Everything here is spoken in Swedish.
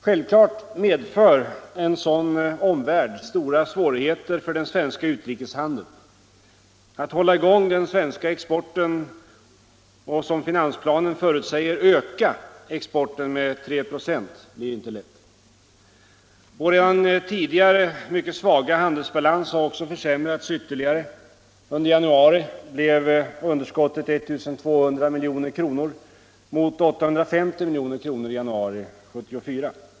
Självklart medför en sådan omvärld stora svårigheter för den svenska utrikeshandeln. Att hålla i gång den svenska exporten och som finansplanen förutsäger öka exporten med 3 96 blir inte lätt. Vår redan tidigare mycket svaga handelsbalans har också försämrats ytterligare. Under januari blev underskottet 1 200 milj.kr. mot 850 milj.kr. i januari 1974.